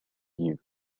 view